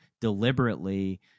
deliberately